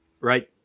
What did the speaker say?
right